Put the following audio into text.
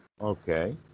okay